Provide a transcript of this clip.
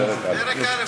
פרק א'.